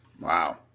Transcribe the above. wow